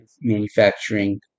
manufacturing